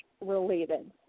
Related